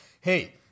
Hey